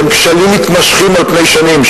שהם כשלים מתמשכים על פני שנים,